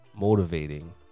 motivating